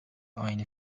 aynı